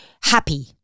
happy